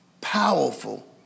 powerful